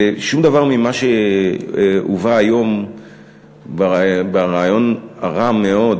ושום דבר ממה שהובא היום ברעיון הרע מאוד,